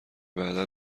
بعدا